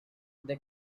the